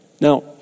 Now